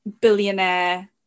billionaire